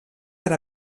per